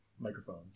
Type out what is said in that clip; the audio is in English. microphones